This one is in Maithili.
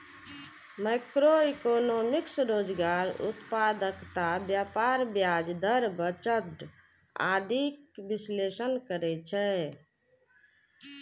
मैक्रोइकोनोमिक्स रोजगार, उत्पादकता, व्यापार, ब्याज दर, बजट आदिक विश्लेषण करै छै